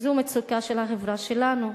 זו מצוקה של החברה שלנו.